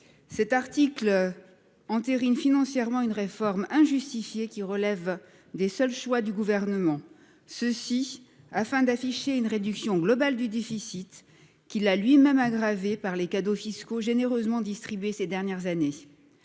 cet article. Entérine financièrement une réforme injustifiée qui relève des seuls choix du gouvernement. Ceci afin d'afficher une réduction globale du déficit qu'il a lui-même aggravée par les cadeaux fiscaux généreusement distribué ces dernières années.